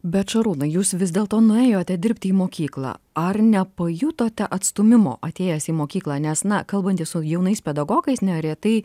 bet šarūnai jūs vis dėlto nuėjote dirbti į mokyklą ar nepajutote atstūmimo atėjęs į mokyklą nes na kalbantis su jaunais pedagogais neretai